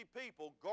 people